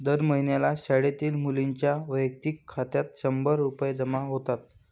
दर महिन्याला शाळेतील मुलींच्या वैयक्तिक खात्यात शंभर रुपये जमा होतात